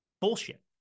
bullshit